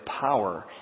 power